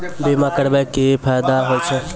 बीमा करबै के की फायदा होय छै?